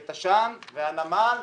את תש"ן, את הנמל ועוד,